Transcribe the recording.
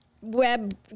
web